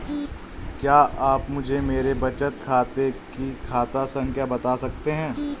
क्या आप मुझे मेरे बचत खाते की खाता संख्या बता सकते हैं?